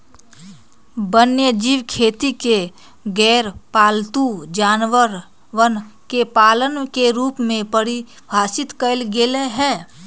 वन्यजीव खेती के गैरपालतू जानवरवन के पालन के रूप में परिभाषित कइल गैले है